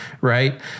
right